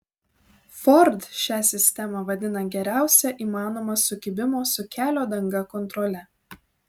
ford šią sistemą vadina geriausia įmanoma sukibimo su kelio danga kontrole